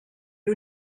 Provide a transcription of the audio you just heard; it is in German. der